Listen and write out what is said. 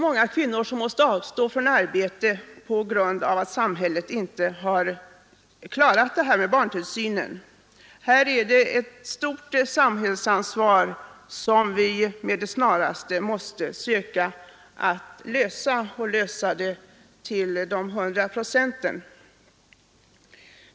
Många kvinnor måste också avstå från att söka arbete utanför hemmet på grund av att samhället inte har klarat upp problemet med barntillsynen. Detta är ett stort sam hällsansvar, och samhället måste försöka lösa det problemet till hundra procent.